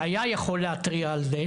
שהיה יכול להתריע על זה,